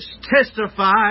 testify